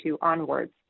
onwards